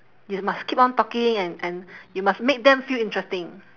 you must keep on talking and and you must make them feel interesting